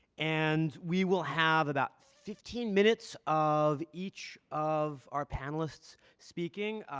and we will have about fifteen minutes of each of our panelists speaking,